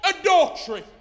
adultery